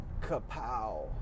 kapow